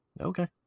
Okay